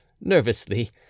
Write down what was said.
nervously